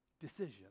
decision